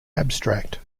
abstract